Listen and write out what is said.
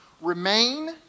Remain